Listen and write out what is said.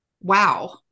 wow